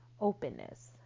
openness